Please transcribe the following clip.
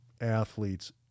athletes